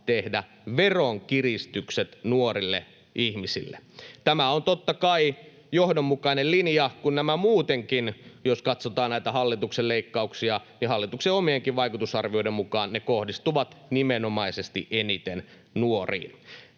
tehdä veronkiristykset nuorille ihmisille. Tämä on, totta kai, johdonmukainen linja, kun nämä muutenkin, jos katsotaan näitä hallituksen leikkauksia ja hallituksen omienkin vaikutusarvioiden mukaan, kohdistuvat nimenomaisesti eniten nuoriin.